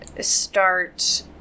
start